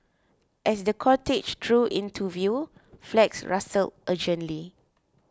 as the cortege drew into view flags rustled urgently